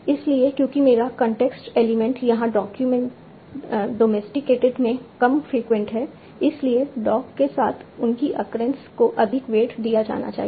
इसलिए क्योंकि मेरा कॉन्टेक्स्ट एलिमेंट यहां डॉमेस्टिकेटेड में कम फ्रीक्वेंट है इसलिए डॉग के साथ उनकी अक्रेंस को अधिक वेट दिया जाना चाहिए